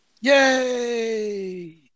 Yay